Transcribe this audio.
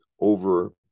over